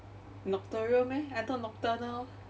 nocturial meh I thought nocturnal